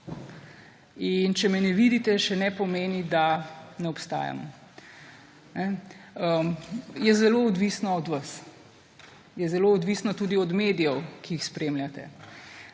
in če me ne vidite, še ne pomeni, da ne obstajam. Je zelo odvisno od vas. Je zelo odvisno tudi od medijev, ki jih spremljate,